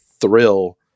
thrill